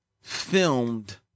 filmed